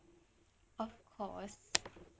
of course